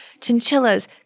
chinchillas